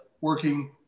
working